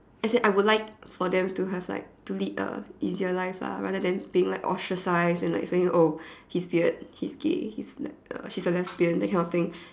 as in I would like for them to have like to lead a easier life lah rather than being like ostracized and like saying oh he's weird he's gay he's like uh she's a lesbian that kind of thing